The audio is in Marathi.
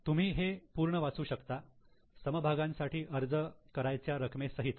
तुम्ही हे पूर्ण वाचू शकता समाभागांसाठी अर्ज करायच्या रकमे सहित